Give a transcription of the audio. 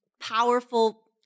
powerful